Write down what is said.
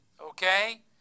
Okay